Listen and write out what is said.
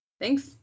Thanks